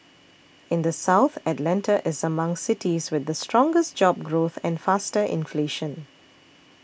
in the South Atlanta is among cities with the strongest job growth and faster inflation